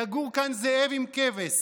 יגור כאן זאב עם כבש,